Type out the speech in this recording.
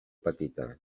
petita